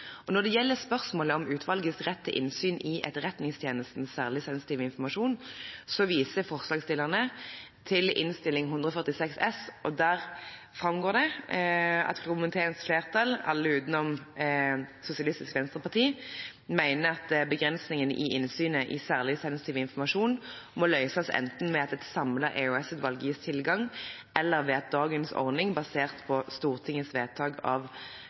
prioritert. Når det gjelder spørsmålet om utvalgets rett til innsyn i Etterretningstjenestens særlig sensitive informasjon, viser forslagsstillerne til Innst. 146 S for 2016–2017, der det framgår: «Komiteens flertall, alle unntatt medlemmet fra Sosialistisk Venstreparti, mener begrensningen i innsynet i «særlig sensitiv informasjon» må løses enten ved at et samlet EOS-utvalg gis tilgang, eller ved at dagens ordning, basert på Stortingets vedtak av